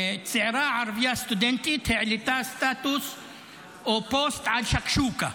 צעירה ערבייה סטודנטית העלתה סטטוס או פוסט על שקשוקה,